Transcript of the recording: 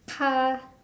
car